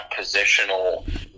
positional